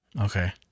okay